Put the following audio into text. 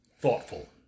thoughtful